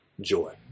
joy